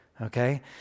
okay